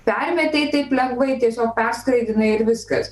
permetei taip lengvai tiesiog perskraidinai ir viskas